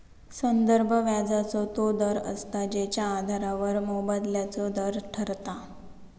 संदर्भ व्याजाचो तो दर असता जेच्या आधारावर मोबदल्याचो दर ठरता